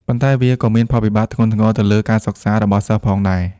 ប៉ុន្តែវាក៏មានផលវិបាកធ្ងន់ធ្ងរទៅលើ ការសិក្សា របស់សិស្សផងដែរ។